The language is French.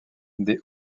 des